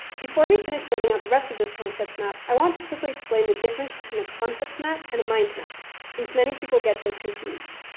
before we finish building out the rest of this concept map, i want to quickly explain the difference between a concept map and a mind map since many people get those confused.